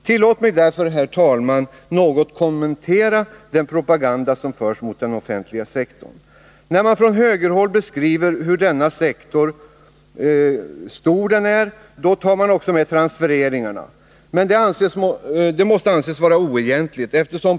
Tillåt mig därför, herr talman, något kommentera propagandan mot den offentliga sektorn. När man från högerhåll beskriver hur stor denna sektor är tar man också med transfereringarna. Det måste anses vara oegentligt.